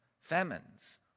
famines